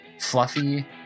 Fluffy